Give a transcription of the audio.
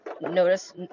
notice